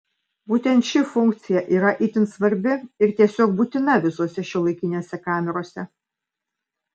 būtent ši funkcija yra itin svarbi ir tiesiog būtina visose šiuolaikinėse kamerose